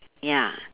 ya